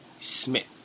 Smith